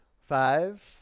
Five